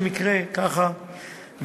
במקרה ככה,